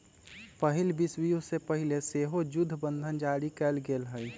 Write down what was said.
पहिल विश्वयुद्ध से पहिले सेहो जुद्ध बंधन जारी कयल गेल हइ